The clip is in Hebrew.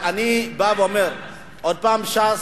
אני בא ואומר עוד פעם ש"ס,